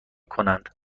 کنند